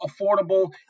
affordable